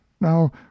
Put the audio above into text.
now